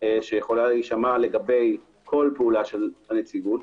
שיכולה להישמע לגבי כל פעולה של הנציגות,